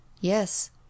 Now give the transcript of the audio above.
Yes